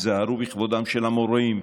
ייזהרו בכבודם של המורים,